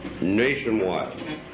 nationwide